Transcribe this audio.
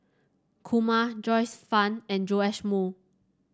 Kumar Joyce Fan and Joash Moo